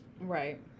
Right